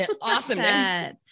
awesomeness